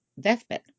deathbed